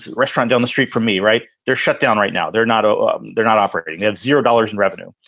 restaurant down the street from me right there shut down right now, they're not ah they're not operating zero dollars in revenue.